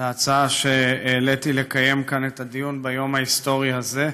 להצעה שהעליתי לקיים כאן את הדיון ביום ההיסטורי הזה,